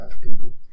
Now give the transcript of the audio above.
people